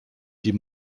die